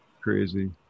crazy